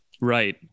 Right